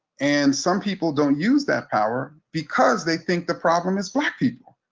and some people don't use that power because they think the problem is black people.